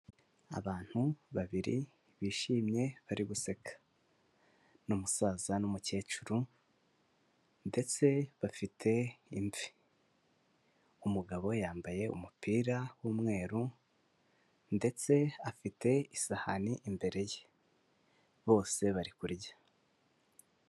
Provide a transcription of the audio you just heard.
Abantu babiri bishimye bari guseka ni umusaza n'umukecuru ndetse bafite imvi, umugabo yambaye umupira w'umweru ndetse afite isahani imbere ye, bose bari kurya.